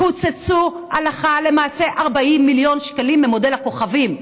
קוצצו הלכה למעשה 40 מיליון שקלים ממודל הכוכבים,